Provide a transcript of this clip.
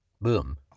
Boom